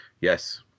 yes